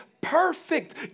perfect